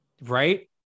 right